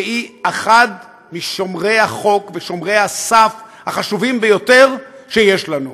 שהיא אחד משומרי החוק ושומרי הסף החשובים ביותר שיש לנו.